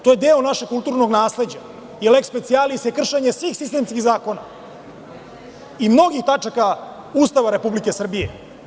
To je deo našeg kulturnog nasleđa i leks specijalis se kršenje svih sistemskih zakona i mnogih tačaka Ustava Republike Srbije.